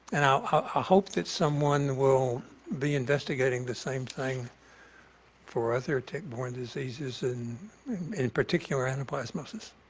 and i ah hope that someone will be investigating the same thing for other tick-borne diseases and in particular anaplasmosis.